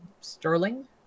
sterling